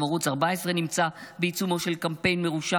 גם ערוץ 14 נמצא בעיצומו של קמפיין מרושע